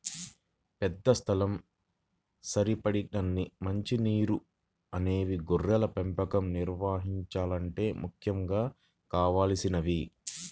పెద్ద స్థలం, సరిపడినన్ని మంచి నీరు అనేవి గొర్రెల పెంపకం నిర్వహించాలంటే ముఖ్యంగా కావలసినవి